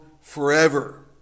forever